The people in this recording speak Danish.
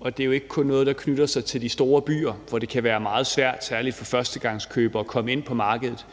og det er jo ikke kun noget, der knytter sig til de store byer, hvor det kan være meget svært, særlig for førstegangskøbere, at komme ind på markedet.